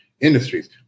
industries